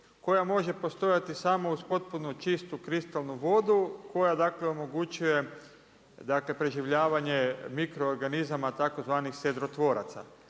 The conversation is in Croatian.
koja može postojati samo uz potpuno čistu kristalnu vodu koja dakle omogućuje, dakle preživljavanje mikro organizama tzv. sedrotvoraca.